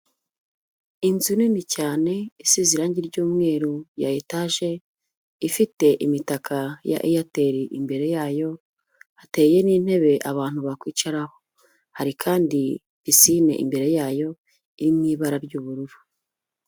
Inzu nini cyane isize irange ry'umweru ya etaje ifite imitaka ya Eyateri imbere yayo, hateye n'intebe abantu bakwicaraho, hari kandi pisine imbere yayo iri mu ibara ry'ubururu.